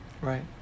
Right